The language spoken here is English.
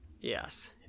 Yes